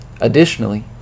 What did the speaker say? Additionally